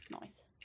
Nice